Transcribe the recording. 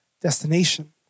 destination